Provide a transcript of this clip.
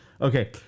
Okay